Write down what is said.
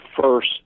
first